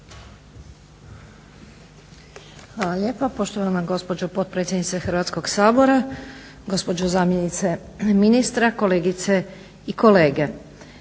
Hvala lijepa. Poštovana gospođo potpredsjednice Hrvatskog sabora, gospođo zamjenice ministra, kolegice i kolege.